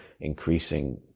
increasing